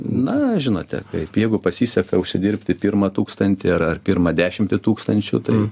na žinote kaip jeigu pasiseka užsidirbti pirmą tūkstantį ar ar pirmą dešimtį tūkstančių tai